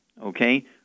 Okay